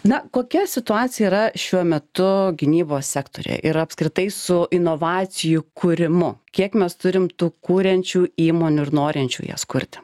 na kokia situacija yra šiuo metu gynybos sektoriuje ir apskritai su inovacijų kūrimu kiek mes turim tų kuriančių įmonių ir norinčių jas kurt